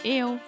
eu